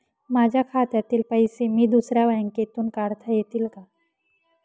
माझ्या खात्यातील पैसे मी दुसऱ्या बँकेतून काढता येतील का?